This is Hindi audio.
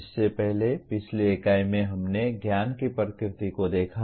इससे पहले पिछली इकाई में हमने ज्ञान की प्रकृति को देखा